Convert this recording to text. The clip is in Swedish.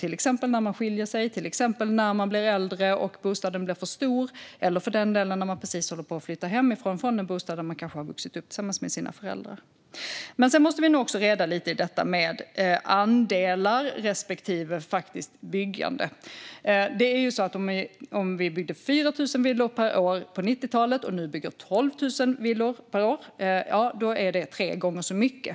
Det kan vara när man skiljer sig, när man blir äldre och bostaden blir för stor eller för den delen när man precis håller på att flytta hemifrån, från den bostad där man kanske har vuxit upp tillsammans med sina föräldrar. För det andra måste vi nog också reda lite i det här med andelar respektive faktiskt byggande. Om vi byggde 4 000 villor per år på 90-talet och nu bygger 12 000 villor per år är det tre gånger så många i dag.